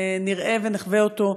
נראה ונחווה אותו,